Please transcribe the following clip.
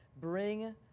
bring